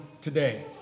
today